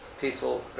Peaceful